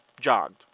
jogged